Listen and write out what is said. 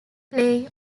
play